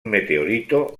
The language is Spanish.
meteorito